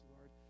Lord